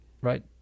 right